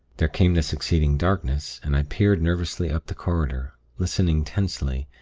there came the succeeding darkness, and i peered nervously up the corridor, listening tensely,